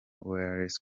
wales